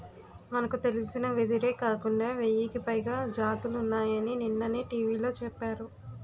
మనకు తెలిసిన వెదురే కాకుండా వెయ్యికి పైగా జాతులున్నాయని నిన్ననే టీ.వి లో చెప్పారు